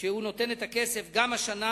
שהוא נותן את הכסף גם השנה.